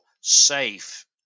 safe